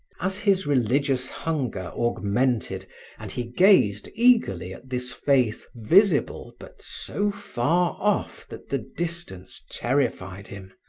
as his religious hunger augmented and he gazed eagerly at this faith visible but so far off that the distance terrified him,